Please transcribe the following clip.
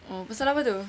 oh pasal apa tu